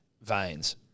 veins